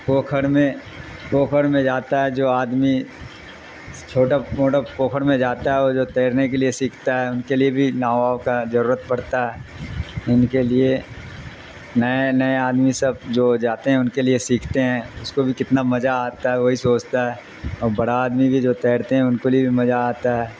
پوکھر میں پوکھر میں جاتا ہے جو آدمی چھوٹا موٹا پوکھر میں جاتا ہے وہ جو تیرنے کے لیے سیکھتا ہے ان کے لیے بھی ناؤ کا ضرورت پڑتا ہے ان کے لیے نئے نئے آدمی سب جو جاتے ہیں ان کے لیے سیکھتے ہیں اس کو بھی کتنا مجہ آتا ہے وہی سوچتا ہے اور بڑا آدمی بھی جو تیرتے ہیں ان کے لیے بھی مجہ آتا ہے